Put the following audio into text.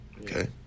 Okay